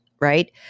right